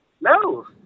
No